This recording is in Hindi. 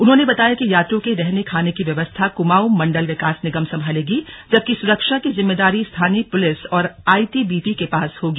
उन्होंने बताया कि यात्रियों के रहने खाने की व्यवस्था कुमाऊं मण्डल विकास निगम संभालेगी जबकी सुरक्षा की जिम्मेदारी स्थानीय पुलिस और आईटी बीपी के पास होगी